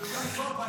אולי פה הבעיה שלי.